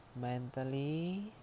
Mentally